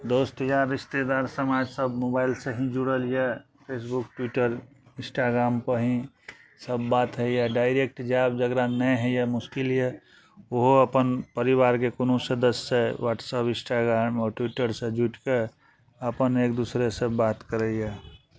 दोस्त यार रिश्तेदार समाज सब मोबाइलसँ ही जुड़ल या फेसबुक ट्विटर इंस्ट्राग्राम पर ही सब बात होइया डायरेक्ट जाएब जकरा नै होइया मुश्किल यऽ ओहो अपन परिवार के कोनो सदस्य सँ व्हाटअप्प इंस्ट्राग्राम और ट्विटर सँ जुइट कऽ अपन एक दूसरे सँ बात करइए